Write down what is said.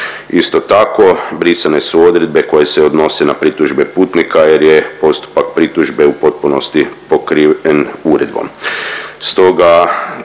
Isto tako, brisane su odredbe koje se odnose na pritužbe putnika, jer je postupak pritužbe u potpunosti pokriven uredbom.